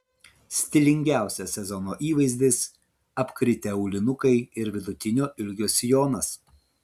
stilingiausias sezono įvaizdis apkritę aulinukai ir vidutinio ilgio sijonas